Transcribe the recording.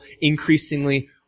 increasingly